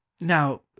now